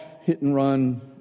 hit-and-run